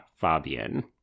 fabian